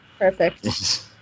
perfect